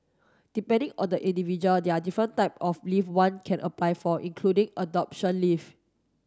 depending on the individual there are different type of leave one can apply for including adoption leave